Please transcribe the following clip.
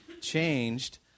changed